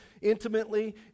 intimately